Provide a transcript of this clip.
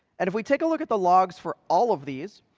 and if we take a look at the logs for all of these,